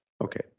okay